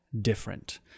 different